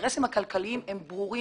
האינטרסים הכלכליים ברורים,